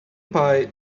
pie